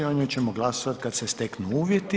O njoj ćemo glasovat kad se steknu uvjeti.